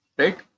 right